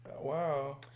Wow